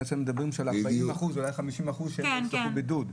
מדובר על 40% ואולי 50% שלא יצטרכו בידוד.